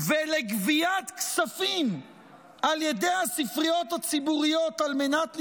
ולגביית כספים על ידי הספריות הציבוריות על מנת לשרוד,